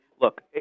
Look